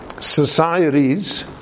societies